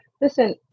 listen